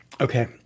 Okay